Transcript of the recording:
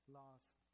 lost